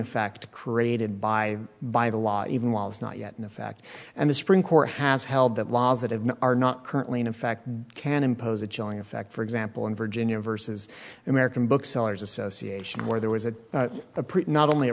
effect created by by the law even while it's not yet in effect and the supreme court has held that laws that have not are not currently in fact can impose a chilling effect for example in virginia versus american booksellers association where there was a a pretty not only a